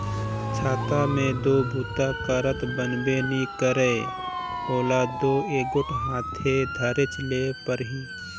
छाता मे दो बूता करत बनबे नी करे ओला दो एगोट हाथे धरेच ले परही